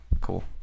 Cool